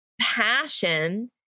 passion